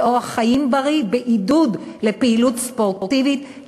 אורח חיים בריא ובעידוד פעילות ספורטיבית,